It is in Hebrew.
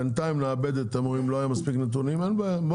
בינתיים נעבד אם לא היו מספיק נתונים אין בעיה,